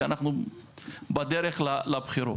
כי אנחנו בדרך לבחירות.